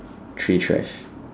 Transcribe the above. three trash